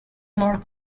more